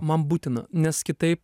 man būtina nes kitaip